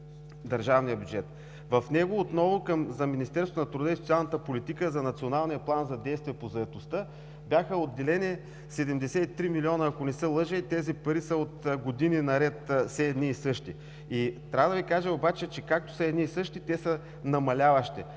В него отново за Министерството на труда и социалната политика за Националния план за действие по заетостта бяха отделени 73 млн. лв., ако не се лъжа, и тези пари години наред са все едни и същи. Трябва да Ви кажа обаче, че както са едни и същи, те са намаляващи.